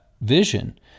vision